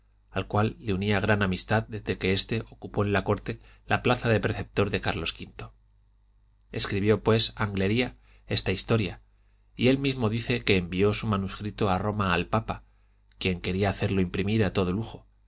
al cual le unía gran amistad desde que éste ocupó en la corte la plaza de preceptor de carlos v escribió pues anglería esta historia y él mismo dice que envió su manuscrito a roma al papa quien quería hacerlo imprimir a todo lujo